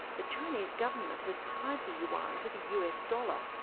the chinese government has tied the yuan to the us dollar,